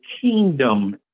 kingdom